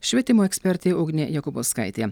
švietimo ekspertė ugnė jakubauskaitė